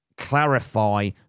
clarify